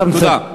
תודה.